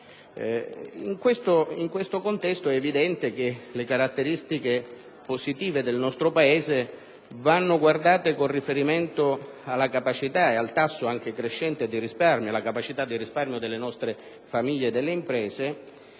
In questo contesto è evidente che le caratteristiche positive del nostro Paese vanno guardate con riferimento alla capacità crescente di risparmio delle nostre famiglie e delle imprese